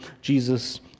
Jesus